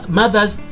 mothers